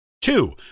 Two